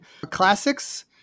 classics